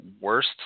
worst